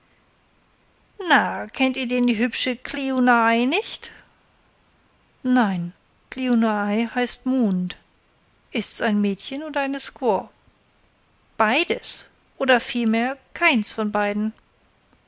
na kennt ihr denn die hübsche kliuna ai nicht nein kliuna ai heißt mond ist's ein mädchen oder eine squaw beides oder vielmehr keins von beiden